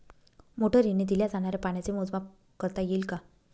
मोटरीने दिल्या जाणाऱ्या पाण्याचे मोजमाप करता येईल का?